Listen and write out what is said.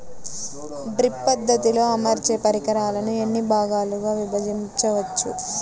Drip పద్ధతిలో అమర్చే పరికరాలను ఎన్ని భాగాలుగా విభజించవచ్చు?